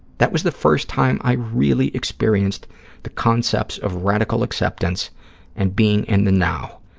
that was the first time i really experienced the concepts of radical acceptance and being in the now,